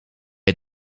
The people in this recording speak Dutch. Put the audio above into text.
het